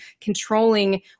controlling